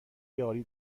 یاری